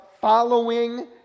following